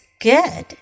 good